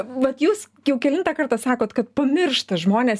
vat jūs jau kelintą kartą sakot kad pamiršta žmonės